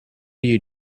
you